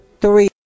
three